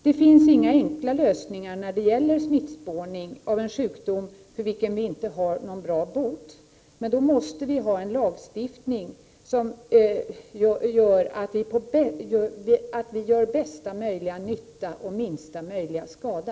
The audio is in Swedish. Det finns inga enkla lösningar när det gäller smittspårning av en sjukdom för vilken vi inte har någon bra bot. Då måste vi ha en lagstiftning som leder till att vi gör bästa möjliga nytta och minsta möjliga skada.